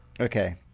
Okay